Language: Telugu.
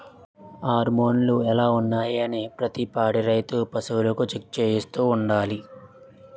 హార్మోన్లు ఎలా ఉన్నాయి అనీ ప్రతి పాడి రైతు పశువులకు చెక్ చేయిస్తూ ఉండాలి